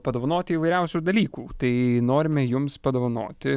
padovanoti įvairiausių dalykų tai norime jums padovanoti